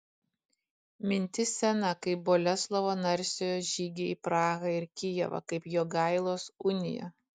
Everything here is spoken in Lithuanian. mintis sena kaip boleslovo narsiojo žygiai į prahą ir kijevą kaip jogailos unija